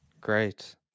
Great